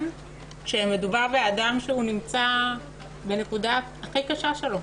כאשר מדובר באדם שנמצא בנקודה הכי קשה שלו.